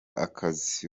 akazi